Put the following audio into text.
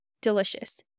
delicious